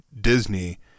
disney